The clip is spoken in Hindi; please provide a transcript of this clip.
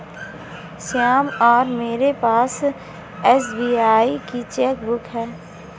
श्याम और मेरे पास एस.बी.आई की चैक बुक है